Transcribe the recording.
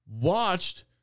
watched